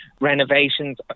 renovations